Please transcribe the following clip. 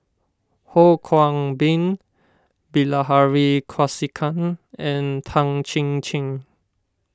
Ho Kwon Ping Bilahari Kausikan and Tan Chin Chin